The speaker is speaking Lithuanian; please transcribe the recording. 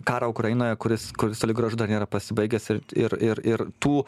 karą ukrainoje kuris kuris toli gražu dar nėra pasibaigęs ir ir ir ir tų